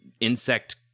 insect